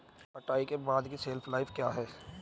कटाई के बाद की शेल्फ लाइफ क्या है?